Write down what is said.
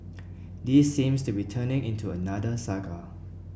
this seems to be turning into another saga